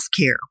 healthcare